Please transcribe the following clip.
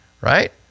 right